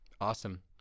Awesome